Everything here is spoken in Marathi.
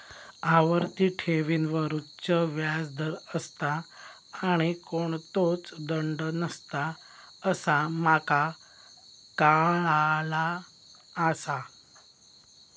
आवर्ती ठेवींवर उच्च व्याज दर असता आणि कोणतोच दंड नसता असा माका काळाला आसा